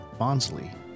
Bonsly